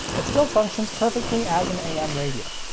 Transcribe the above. it still functions perfectly as an am radio.